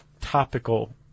topical